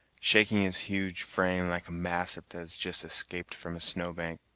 shaking his huge frame like a mastiff that has just escaped from a snowbank.